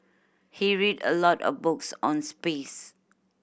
he read a lot of books on space